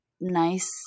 nice